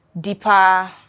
deeper